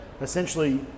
essentially